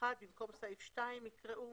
במקום סעיף 2 יקראו: